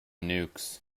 nukes